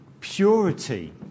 Purity